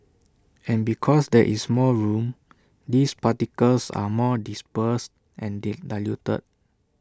and because there is more room these particles are more dispersed and diluted